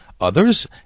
others